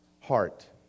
heart